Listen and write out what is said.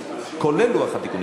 כולל לוח התיקונים.